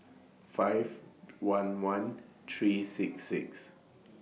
five one one three six six